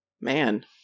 Man